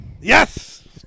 Yes